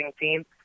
team